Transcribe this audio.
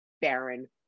Baron